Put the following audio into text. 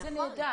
וזה נהדר.